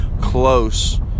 close